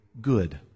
good